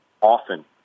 often